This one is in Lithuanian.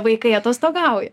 vaikai atostogauja